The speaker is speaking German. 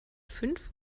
fünf